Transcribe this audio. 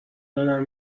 زدن